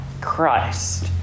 Christ